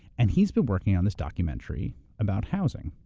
and he's been working on this documentary about housing,